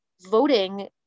voting